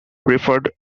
referred